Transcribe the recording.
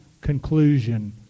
conclusion